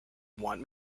want